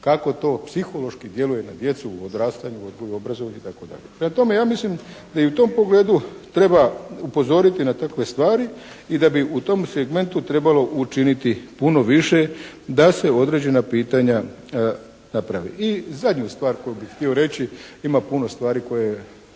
kako to psihološki djeluje na djecu u odrastanju, odgoju, obrazovanju, itd. Prema tome, ja mislim da i u tom pogledu treba upozoriti na takve stvari i da bi u tom segmentu trebalo učiniti puno više da se određena pitanja naprave. I zadnju stvar koju bih htio reći ima puno stvari koje